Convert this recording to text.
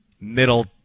middle